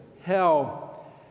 hell